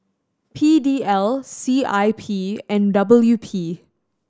P D L C I P and W P